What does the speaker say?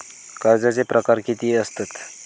कर्जाचे प्रकार कीती असतत?